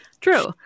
true